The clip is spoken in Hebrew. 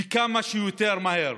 וכמה שיותר מהר.